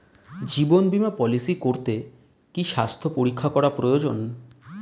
জীবন বীমা পলিসি করতে কি স্বাস্থ্য পরীক্ষা করা প্রয়োজন?